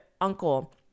uncle